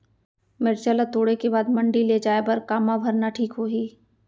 मिरचा ला तोड़े के बाद मंडी ले जाए बर का मा भरना ठीक होही?